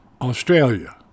Australia